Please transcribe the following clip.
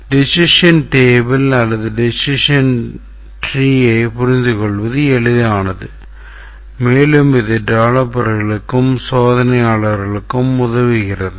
decision table அல்லது decision tree புரிந்துகொள்வது எளிதானது மேலும் இது டெவலப்பர்களுக்கும் சோதனையாளர்களுக்கும் உதவுகிறது